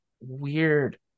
weird